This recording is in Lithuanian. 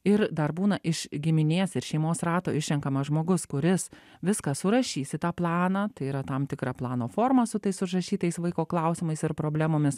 ir dar būna iš giminės ir šeimos rato išrenkamas žmogus kuris viską surašys į tą planą tai yra tam tikra plano forma su tais užrašytais vaiko klausimais ir problemomis